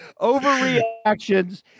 overreactions